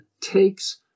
takes